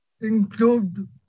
include